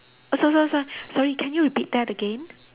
sorry sorry sorry sorry can you repeat that again